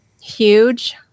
huge